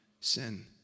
sin